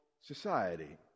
society